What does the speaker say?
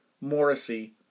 Morrissey